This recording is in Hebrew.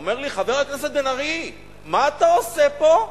אומר לי: חבר הכנסת בן-ארי, מה אתה עושה פה?